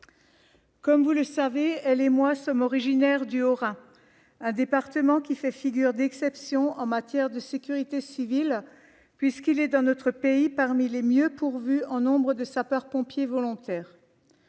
Comme vous le savez, elle et moi sommes originaires du Haut-Rhin, un département qui fait figure d'exception en matière de sécurité civile puisque, dans notre pays, il est l'un des mieux pourvus en nombre de sapeurs-pompiers volontaires.